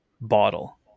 bottle